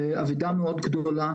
זו אבידה מאוד גדולה.